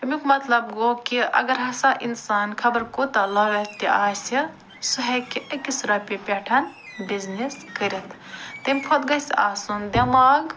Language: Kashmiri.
أمیٛک مطلب گوٚو کہِ اگر ہسا اِنسان خبر کوٗتاہ لایق تہِ آسہِ سُہ ہیٚکہِ أکِس رۄپیہِ پٮ۪ٹھ بِزنیٚس کٔرِتھ تَمہِ کھۄتہٕ گَژھہِ آسُن دیٚماغ